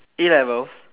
A-levels